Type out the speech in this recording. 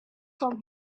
from